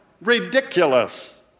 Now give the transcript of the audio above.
Ridiculous